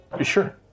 Sure